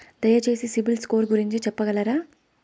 దయచేసి సిబిల్ స్కోర్ గురించి చెప్పగలరా?